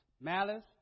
malice